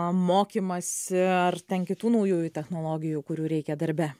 mokymąsi ar ten kitų naujųjų technologijų kurių reikia darbe